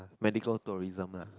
medical tourism lah